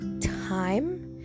time